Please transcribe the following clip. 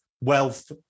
wealth